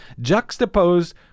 juxtaposed